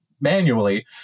manually